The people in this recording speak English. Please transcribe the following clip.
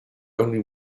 only